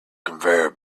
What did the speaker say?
conveyor